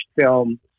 film